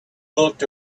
looked